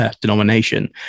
denomination